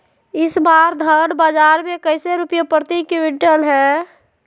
इस बार धान बाजार मे कैसे रुपए प्रति क्विंटल है?